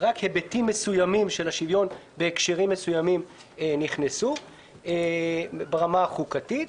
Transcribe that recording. רק היבטים מסוימים של השוויון בהקשרים מסוימים נכנסו ברמה החוקתית.